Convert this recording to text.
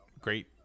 great